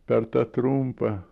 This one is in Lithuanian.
per tą trumpą